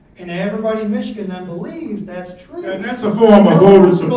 and everybody michigan then believes that's true. and that's a form of voter